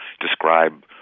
describe